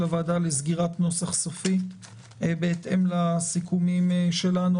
הוועדה לסגירת נוסח סופי בהתאם לסיכומים שלנו.